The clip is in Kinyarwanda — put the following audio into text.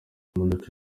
imodoka